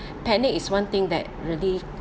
panic is one thing that really